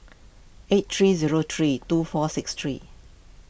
eight three zero three two four six three